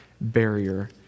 barrier